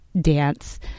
dance